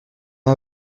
est